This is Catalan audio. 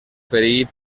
perill